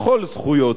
בכל זכויות